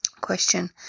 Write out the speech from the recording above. Question